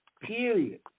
period